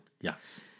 Yes